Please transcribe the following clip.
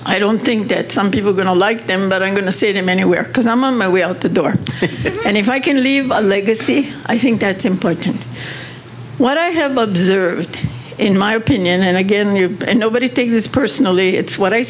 i don't think that some people are going to like them but i'm going to see them anywhere because i'm on my way out the door and if i can leave a legacy i think that's important what i have observed in my opinion and again you nobody take this personally it's what i